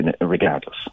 regardless